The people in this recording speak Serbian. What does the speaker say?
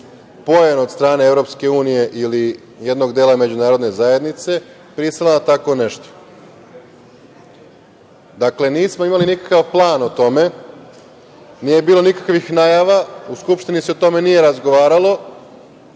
poen od strane EU ili jednog dela međunarodne zajednice pristala na tako nešto. Dakle, nismo imali nikakav plan o tome, nije bilo nikakvih najava, u Skupštini se o tome nije razgovaralo,